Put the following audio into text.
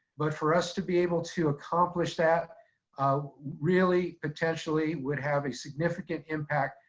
but for us to be able to accomplish that really potentially would have a significant impact,